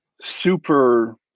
super